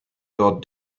god